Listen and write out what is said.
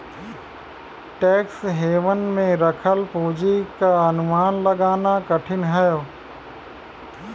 tax haven में रखल पूंजी क अनुमान लगाना कठिन हौ